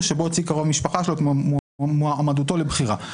שבה הציג קרוב משפחה שלו את מועמדותו לבחירה.